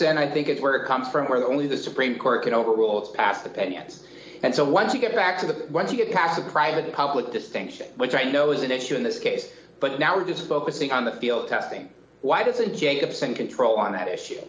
and i think it's where it comes from where only the supreme court can overrule d past opinions and so once you get back to the one you get back to private public distinction which i know is an issue in this case but now we're just focusing on the field thing why doesn't jacobson control on that issue